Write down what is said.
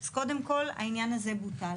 אז קודם כל העניין הזה בוטל.